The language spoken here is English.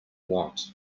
want